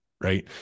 right